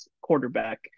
quarterback